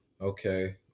okay